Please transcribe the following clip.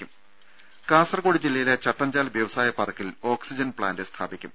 രും കാസർകോട് ജില്ലയിലെ ചട്ടഞ്ചാൽ വ്യവസായ പാർക്കിൽ ഓക്സിജൻ പ്ലാന്റ് സ്ഥാപിക്കും